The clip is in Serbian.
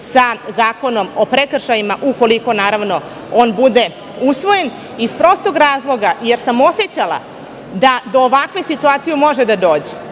sa Zakonom o prekršajima, ukoliko on bude usvojen, iz prostog razloga, jer sam osećala da do ovakve situacije može doći.